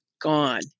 gone